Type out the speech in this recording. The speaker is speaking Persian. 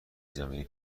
زمینی